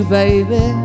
baby